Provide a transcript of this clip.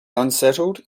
unsettled